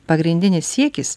pagrindinis siekis